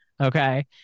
Okay